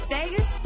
Vegas